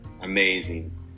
amazing